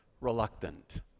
reluctant